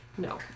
No